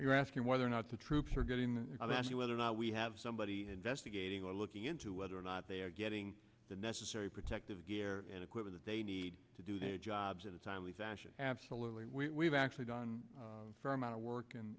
you're asking whether or not the troops are getting that see whether or not we have somebody investigating or looking into whether or not they are getting the necessary protective gear and equipment they need to do their jobs at a timely fashion absolutely we have actually done a fair amount of work in